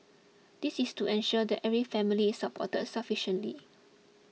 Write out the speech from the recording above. this is to ensure that every family is supported sufficiently